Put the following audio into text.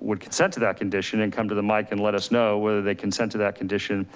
would consent to that condition and come to the mic and let us know whether they consent to that condition